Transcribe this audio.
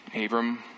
Abram